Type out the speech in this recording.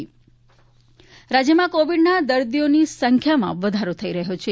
રાજ્ય કોવિડ રાજ્યમાં કોવિડના દર્દીઓની સંખ્યામાં વધારો થઈ રહ્યો છે